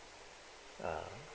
uh